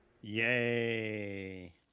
Yay